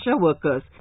workers